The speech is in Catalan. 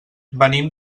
venim